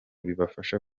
bibafasha